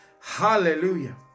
Hallelujah